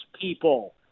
people